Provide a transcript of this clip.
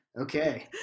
Okay